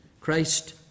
Christ